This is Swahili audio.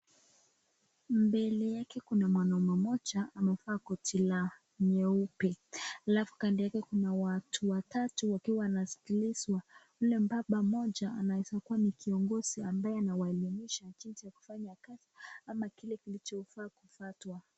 Mbele yake kuna mwanaume mmoja amevaa koti la rangi jeupe. Alafu kando yake kuna watu watatu ambao wanasikilizwa. Huyo baba mmoja anaeza kuwa kiongozi ambaye anawahelimisha jinsi ya kufanya kazi ama kile kinachofaa kufuatwa.